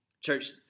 Church